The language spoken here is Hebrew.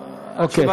אוקיי.